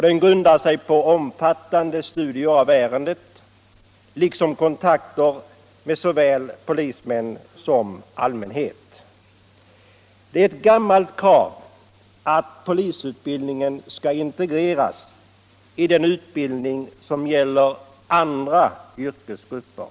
Den grundar sig på omfattande studier av ärendet liksom på kontakter med såväl polismän som allmänhet. Det är ett gammalt krav att polisutbildningen skall integreras i den undervisning som gäller andra yrkesgrupper.